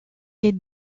les